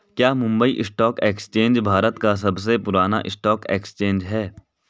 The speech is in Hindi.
क्या मुंबई स्टॉक एक्सचेंज भारत का सबसे पुराना स्टॉक एक्सचेंज है?